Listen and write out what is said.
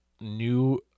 new